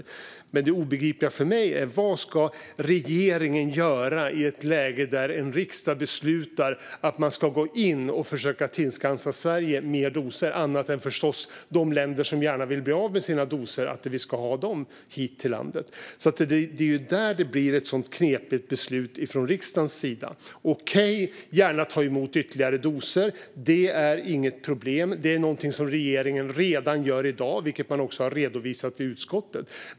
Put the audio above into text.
Det andra, som är obegripligt för mig, handlar om vad regeringen ska göra i ett läge där riksdagen beslutar att man ska gå in och försöka tillskansa Sverige fler doser än vad som kommer från länder som vill bli av med sina. Det blir knepigt om riksdagen fattar ett sådant beslut. Okej, vi ska gärna ta emot ytterligare doser. Det är inget problem. Det är något som regeringen redan gör i dag, vilket man också har redovisat i utskottet.